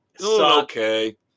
Okay